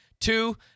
Two